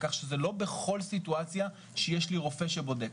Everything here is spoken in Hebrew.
כך שזה לא בכל סיטואציה שיש לי רופא שבודק.